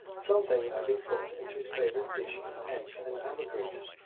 something had been put into his favourite dish of eggs and ambergrease.